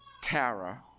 Tara